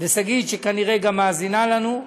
ושגית, שכנראה גם מאזינה לנו.